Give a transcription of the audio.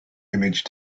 image